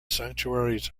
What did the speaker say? sanctuaries